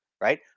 right